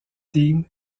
team